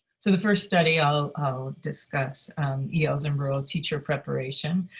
so the first study i'll discuss yeah els and rural teacher preparation.